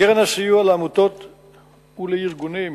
קרן הסיוע לעמותות ולארגונים,